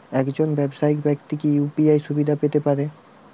একজন ব্যাবসায়িক ব্যাক্তি কি ইউ.পি.আই সুবিধা পেতে পারে?